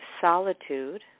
solitude